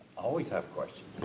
always have questions.